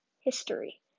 history